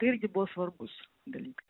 irgi buvo svarbus dalykas